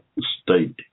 state